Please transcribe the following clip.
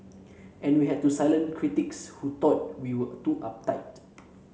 and we had to silence critics who thought we were too uptight